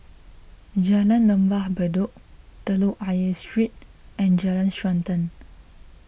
Jalan Lembah Bedok Telok Ayer Street and Jalan Srantan